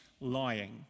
lying